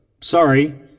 sorry